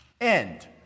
end